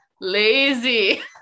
Lazy